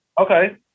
Okay